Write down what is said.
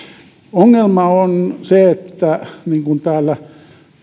ongelma on se niin kuin täällä